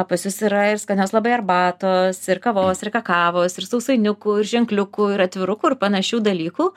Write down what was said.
pas jus yra ir skanios labai arbatos ir kavos ir kakavos ir sausainiukų ir ženkliukų ir atvirukų ir panašių dalykų